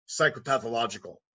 psychopathological